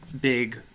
big